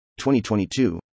2022